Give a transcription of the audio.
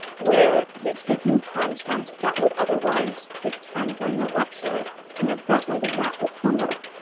where you're taking content that would otherwise take time during a lecture and you're frontloading that with homework,